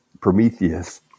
Prometheus